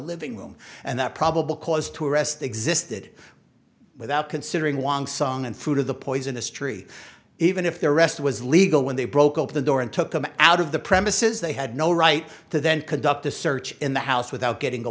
living room and that probable cause to arrest existed without considering wang song and fruit of the poisonous tree even if their arrest was legal when they broke open the door and took them out of the premises they had no right to then conduct a search in the house without getting a